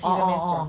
oh oh oh